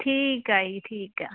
ਠੀਕ ਆ ਜੀ ਠੀਕ ਆ